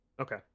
Okay